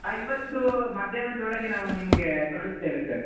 ಹಾಂ ಇವತ್ತು ಮಧ್ಯಾಹ್ನದೊಳಗೆ ನಾವು ನಿಮಗೆ ಕಳಿಸ್ತೇವೆ ಸರ್